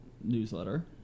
newsletter